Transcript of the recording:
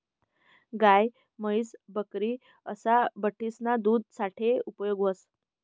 गाय, म्हैस, बकरी असा बठ्ठीसना दूध साठे उपेग व्हस